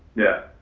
yeah.